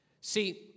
See